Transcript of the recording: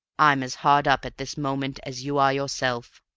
i'm as hard up at this moment as you are yourself!